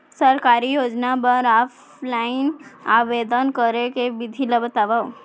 सरकारी योजना बर ऑफलाइन आवेदन करे के विधि ला बतावव